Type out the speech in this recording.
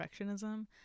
perfectionism